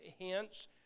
hence